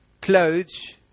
clothes